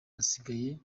asigaye